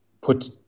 put